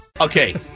Okay